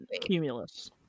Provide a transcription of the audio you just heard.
Cumulus